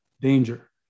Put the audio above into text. danger